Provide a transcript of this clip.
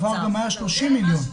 בעבר גם היה 30 מיליון.